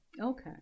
Okay